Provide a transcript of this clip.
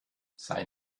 sei